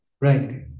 right